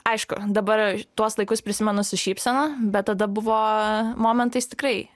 aišku dabar tuos laikus prisimenu su šypsena bet tada buvo momentais tikrai